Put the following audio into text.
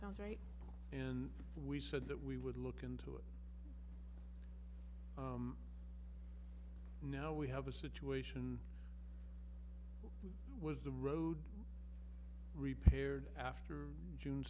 sounds right and we said that we would look into it and now we have a situation where was the road repaired after june